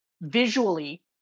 Visually